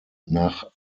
nach